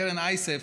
קרן אייסף,